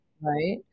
Right